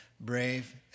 brave